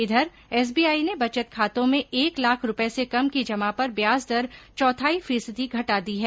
इधर एसबीआई ने बचत खातों में एक लाख रूपये से कम की जमा पर ब्याज दर चौथाई फीसदी घटा दी है